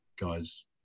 guys